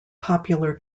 popular